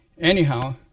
Anyhow